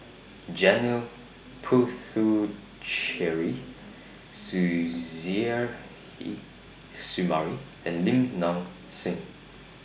Janil Puthucheary Suzairhe Sumari and Lim Nang Seng